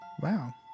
Wow